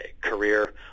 career